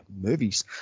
Movies